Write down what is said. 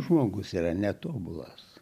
žmogus yra netobulas